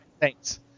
Thanks